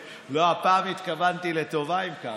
לא, הפעם התכוונתי לטובה עם קרעי.